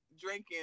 drinking